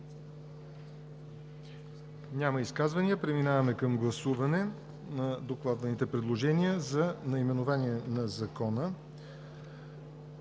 ли изказвания? Няма. Преминаваме към гласуване на докладваните предложения за наименование на Закона,